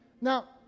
Now